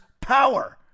power